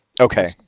Okay